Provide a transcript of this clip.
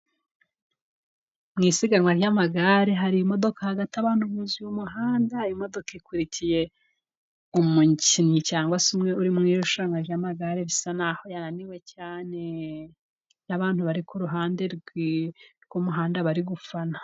Mu isiganwa ry'amagare hari imodoka hagati, abantu buzuye umuhanda, imodoka ikurikiye umukinnyi cyangwa se umwe uri mu irushanwa ry'amagare, bisa naho yananiwe cyane, n'abantu bari ku ruhande rw'umuhanda bari gufana.